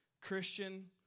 Christian